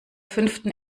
fünften